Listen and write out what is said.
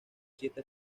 siete